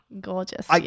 gorgeous